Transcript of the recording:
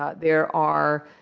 ah there are